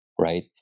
right